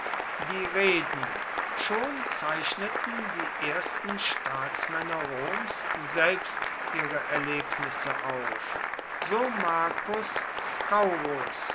die reden schon zeichneten die ersten staatsmänner roms selbst ihre erlebnisse auf so marcus